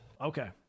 Okay